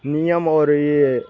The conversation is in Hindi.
नियम और ये